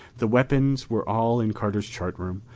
the weapons were all in carter's chart room,